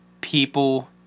people